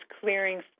clearing